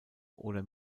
oder